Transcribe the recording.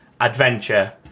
adventure